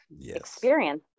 experience